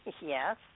Yes